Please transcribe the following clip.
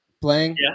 playing